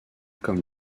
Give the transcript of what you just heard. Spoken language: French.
comme